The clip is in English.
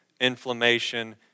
inflammation